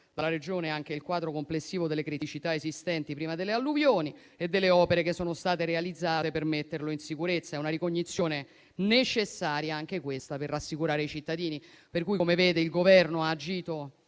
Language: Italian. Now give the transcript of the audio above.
dalla Regione anche il quadro complessivo delle criticità esistenti prima delle alluvioni e delle opere che sono state realizzate per metterlo in sicurezza. È una ricognizione necessaria, anche questa, per rassicurare i cittadini. Per cui, come vede, il Governo ha agito